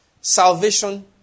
Salvation